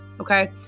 okay